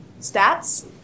Stats